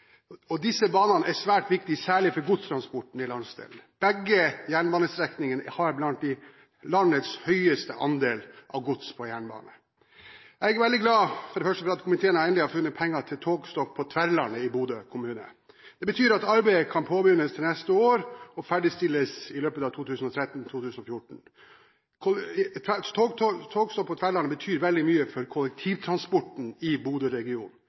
Ofotbanen. Disse banene er svært viktige særlig for godstransporten i landsdelen. Begge jernbanestrekningene har blant landets høyeste andel av gods på jernbane. Jeg er veldig glad for at komiteen endelig har funnet penger til togstopp på Tverlandet i Bodø kommune. Det betyr at arbeidet kan påbegynnes til neste år og ferdigstilles i løpet av 2013/2014. Togstopp på Tverlandet betyr veldig mye for kollektivtransporten i